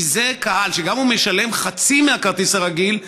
כי זה קהל שגם אם הוא משלם חצי מהכרטיס הרגיל,